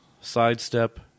sidestep